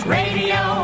radio